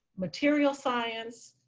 material science,